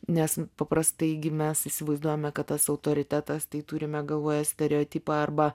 nes paprastai gi mes įsivaizduojame kad tas autoritetas tai turime galvoje stereotipą arba